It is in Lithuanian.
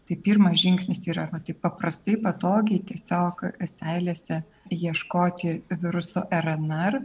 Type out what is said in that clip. tai pirmas žingsnis yra vat taip paprastai patogiai tiesiog seilėse ieškoti viruso rnr